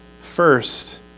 First